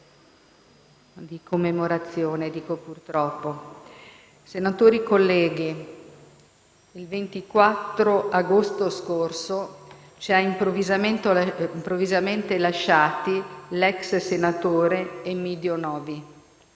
di commemorazione. Senatori colleghi, il 24 agosto scorso ci ha improvvisamente lasciati l'*ex* senatore Emiddio Novi,